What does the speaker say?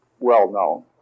well-known